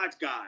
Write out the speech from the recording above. guy